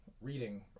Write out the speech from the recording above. reading